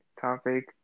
topic